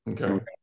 Okay